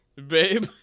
babe